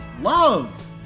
love